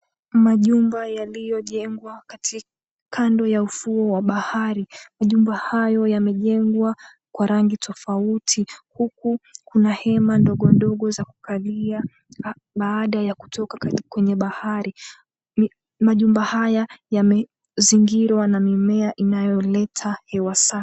Majumba yaliyojengwa kando ya ufuo wa bahari. Majumba hayo yamejengwa kwa rangi tofauti huku kuna hema ndogo ndogo za kukalia baada ya kutoka kwenye bahari. Majumba haya yamezingirwa na mimea inayoleta hewa safi.